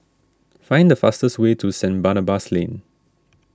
find the fastest way to Saint Barnabas Lane